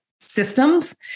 systems